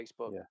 Facebook